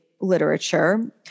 literature